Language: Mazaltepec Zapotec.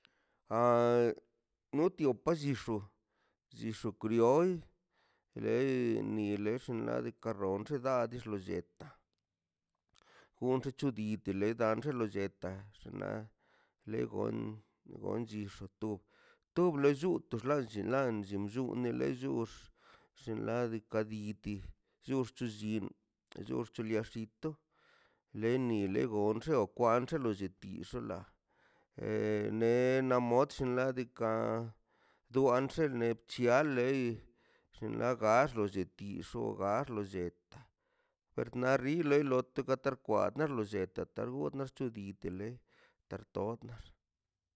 A notio pallixo xillo krioi le nixo xnaꞌ diikaꞌ karron sheda a lo lo xetaꞌ utitin leda lo xanllelo lletaꞌ xinla le gon gon chito tob tub lo lluto xḻanche llum ni lle dux xinladika biiti xulltu llim xulltu lia llinto leni lego xo wa xelo de tix xola ne na mot xinladika dua xen net kian lei xinla gallo de tixo gall arlo lletaꞌ per na rilo le not teka ta kwarnia lo lletaꞌ tartornax